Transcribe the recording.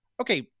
Okay